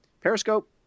periscope